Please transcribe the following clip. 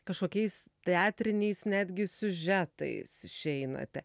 kažkokiais teatriniais netgi siužetais išeinate